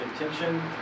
intention